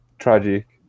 Tragic